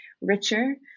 richer